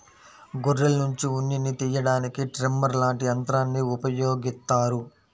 గొర్రెల్నుంచి ఉన్నిని తియ్యడానికి ట్రిమ్మర్ లాంటి యంత్రాల్ని ఉపయోగిత్తారు